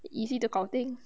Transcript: easy to 搞定